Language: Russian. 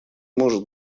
может